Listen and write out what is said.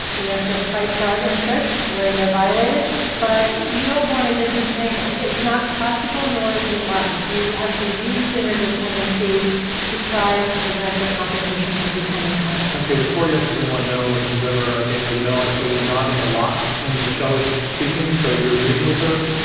we have to fight for our interests where they're violated. but you don't want to disentangle. it's not possible, nor is it wise. you have to use inter-dependencies to try to prevent the competition from becoming conflict. okay. with four yeses and one no, ian bremmer, again, you're the no. i saw you nodding a lot when michele was speaking. so, you're agreeing with her?